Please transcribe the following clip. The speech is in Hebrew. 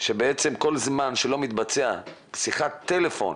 שבעצם כל זמן שלא מתבצעת שיחת טלפון,